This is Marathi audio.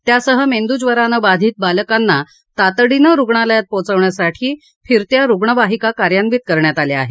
त्यासह मेंदूज्वरानं बाधित बालकांना तातडीनं रुग्णालयात पोहाचवणसाठी फिरत्या रुग्णवाहिका कार्यान्वित करण्यात आल्या आहेत